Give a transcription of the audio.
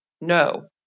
No